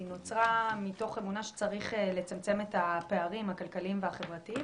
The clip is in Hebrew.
היא נוצרה מתוך אמונה שצריך לצמצם את הפערים הכלכליים והחברתיים,